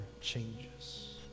changes